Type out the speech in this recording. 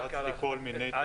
הרצתי כל מיני תרחישים.